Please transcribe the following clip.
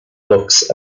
books